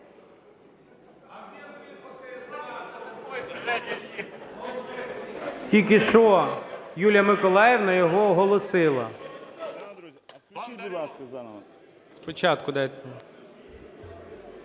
Тільки що Юлія Миколаївна його оголосила.